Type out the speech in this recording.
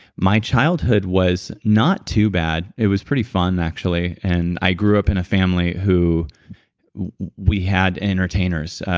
my childhood was not too bad. it was pretty fun actually, and i grew up in a family who we had entertainers.